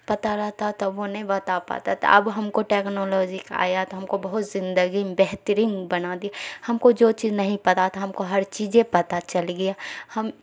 پتہ رہتا تھا وہ نہیں بتا پاتا تھا اب ہم کو ٹیکنالوجی کا آیا تو ہم کو بہت زندگی بہترین بنا دیا ہم کو جو چیز نہیں پتہ تھا ہم کو ہر چیزیں پتہ چل گیا ہم